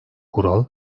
kural